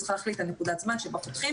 פתיחת שבוע חדש.